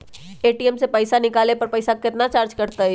ATM से पईसा निकाले पर पईसा केतना चार्ज कटतई?